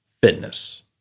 fitness